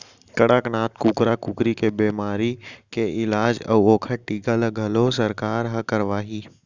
कड़कनाथ कुकरा कुकरी के बेमारी के इलाज अउ ओकर टीका ल घलौ सरकार हर करवाही